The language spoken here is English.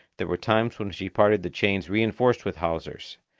there were times when she parted the chains reinforced with hawsers.